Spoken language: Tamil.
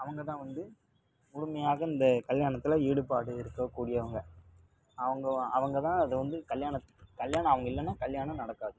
அவங்கதான் வந்து முழுமையாக இந்த கல்யாணத்தில் ஈடுபாடு இருக்கக்கூடியவங்க அவங்க அவங்கதான் அது வந்து கல்யாணத்துக்கு கல்யாணம் அவங்க இல்லைனா கல்யாணம் நடக்காது